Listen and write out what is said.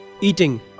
eating